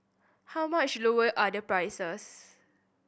how much lower are the prices